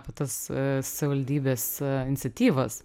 apie tas savivaldybės iniciatyvas